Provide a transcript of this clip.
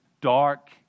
dark